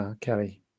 kelly